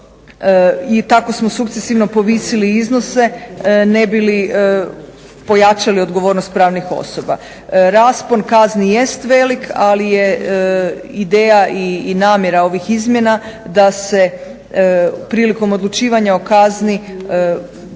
I tako smo sukcesivno povisili iznose ne bi li pojačali odgovornost pravnih osoba. Raspon kazni jest velik, ali je ideja i namjera ovih izmjena da se prilikom odlučivanja o kazni najveći